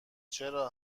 چرا